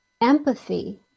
Empathy